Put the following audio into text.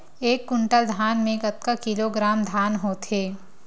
एक कुंटल धान में कतका किलोग्राम धान होथे?